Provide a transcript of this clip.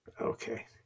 Okay